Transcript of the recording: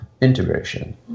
integration